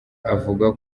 avuga